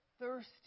thirsty